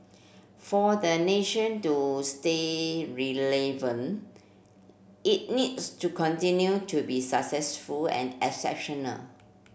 for the nation to stay it needs to continue to be successful and exceptional